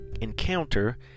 encounter